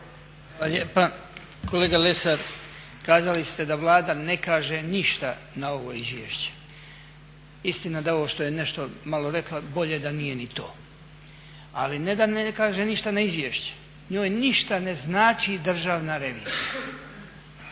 Kolega Lesar, kazali ste da Vlada ne kaže ništa na ovo izvješće. Istina da ovo što je nešto malo rekla bolje da nije ni to, ali ne da ne kaže ništa na izvješće, njoj ništa ne znači Državna revizija,